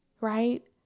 right